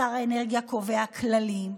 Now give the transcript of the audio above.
שר האנרגיה קובע כללים,